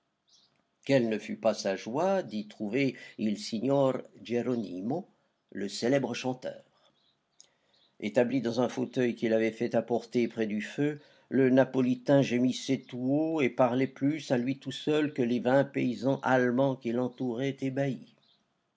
quelle ne fut pas sa joie d'y trouver il signor geronimo le célèbre chanteur établi dans un fauteuil qu'il avait fait apporter près du feu le napolitain gémissait tout haut et parlait plus à lui tout seul que les vingt paysans allemands qui l'entouraient ébahis